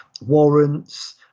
warrants